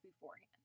beforehand